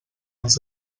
anys